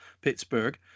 Pittsburgh